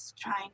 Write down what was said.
trying